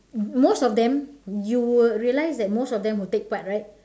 most of them you will realise that most of them will take part right